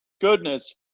goodness